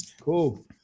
Cool